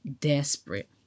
desperate